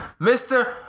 Mr